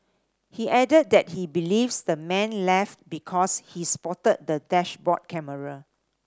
he added that he believes the man left because he spotted the dashboard camera